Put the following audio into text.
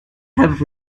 have